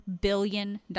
billion